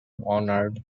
honored